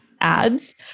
ads